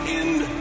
end